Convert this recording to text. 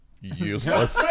Useless